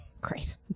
Great